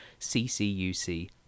CCUC